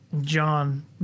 John